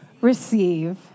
receive